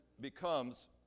becomes